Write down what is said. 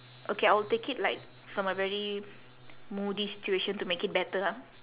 okay I will take it like from a very moody situation to make it better ah